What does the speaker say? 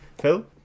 Phil